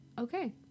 Okay